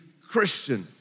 Christian